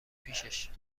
پیشش